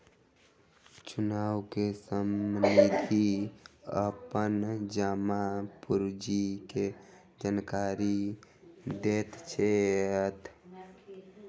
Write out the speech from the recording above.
चुनाव में प्रतिनिधि अपन जमा पूंजी के जानकारी दैत छैथ